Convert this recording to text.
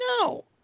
No